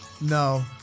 No